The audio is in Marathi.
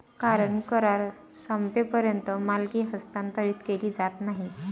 कारण करार संपेपर्यंत मालकी हस्तांतरित केली जात नाही